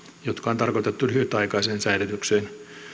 jotka on tarkoitettu lyhytaikaiseen säilytykseen